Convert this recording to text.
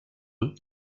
eux